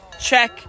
check